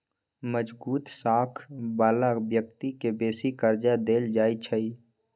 मजगुत साख बला व्यक्ति के बेशी कर्जा देल जाइ छइ